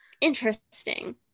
interesting